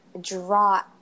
draw